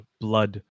blood